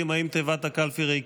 אותה?